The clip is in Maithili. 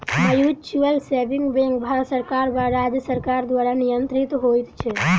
म्यूचुअल सेविंग बैंक भारत सरकार वा राज्य सरकार द्वारा नियंत्रित होइत छै